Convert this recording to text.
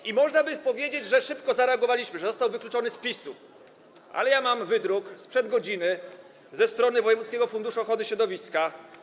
I można by powiedzieć, że szybko zareagowaliście, że został wykluczony z PiS-u, ale ja mam wydruk sprzed godziny ze strony wojewódzkiego funduszu ochrony środowiska.